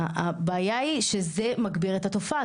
הבעיה היא שזה מגביר את התופעה,